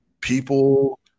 people